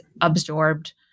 absorbed